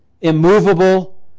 immovable